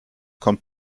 kommt